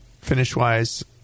finish-wise